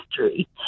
history